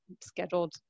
scheduled